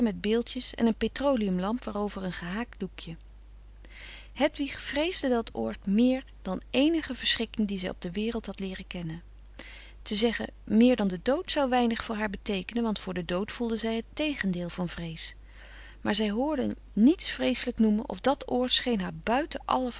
beeldjes en een petroleumlamp waarover een gehaakt doekje frederik van eeden van de koele meren des doods hedwig vreesde dat oord meer dan eenige verschrikking die zij op de wereld had leeren kennen te zeggen meer dan de dood zou weinig voor haar beteekenen want voor den dood voelde zij het tegendeel van vrees maar zij hoorde niets vreeselijk noemen of dat oord scheen haar buiten alle